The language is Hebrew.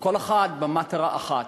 וכל אחד במטרה אחת: